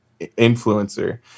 influencer